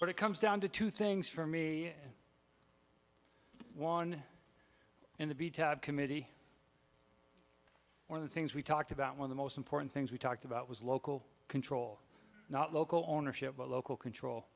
but it comes down to two things for me one in the bt committee one of the things we talked about when the most important things we talked about was local control not local ownership local control